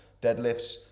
deadlifts